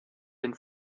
den